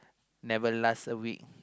never last a week